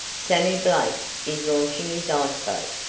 sammy blake is launching his iceboat.